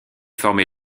formé